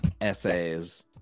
essays